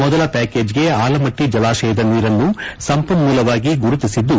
ಮೊದಲ ಪ್ಯಾಕೇಚ್ಗೆ ಆಲಮಟ್ಟ ಜಲಾಶಯದ ನೀರನ್ನು ಸಂಪನ್ನೂಲವಾಗಿ ಗುರುತಿಸಿದ್ದು